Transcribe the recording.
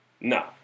no